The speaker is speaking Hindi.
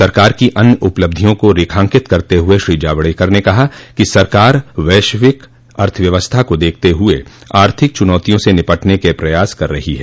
सरकार की अन्य उपलब्धियों को रेखांकित करते हुए श्री जावड़ेकर ने कहा कि सरकार वश्विक अर्थव्यवस्था को देखते हुए आर्थिक चुनौतियों से निपटने के प्रयास कर रही है